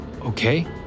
Okay